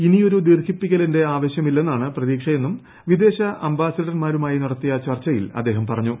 ഇനിയൊരു ദീർഘിപ്പിക്കലിന്റെ ആവശ്യമില്ലെന്നാണ് പ്രതീക്ഷയെന്നും വിദേശ അംബാസിഡർമാരുമായി നടത്തിയ ചർച്ചയിൽ അദ്ദേഹം പറഞ്ഞു